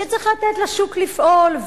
שצריך לתת לשוק לפעול,